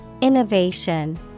Innovation